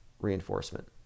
reinforcement